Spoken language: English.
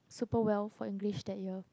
super well for English that your